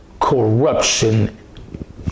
corruption